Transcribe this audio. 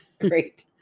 Great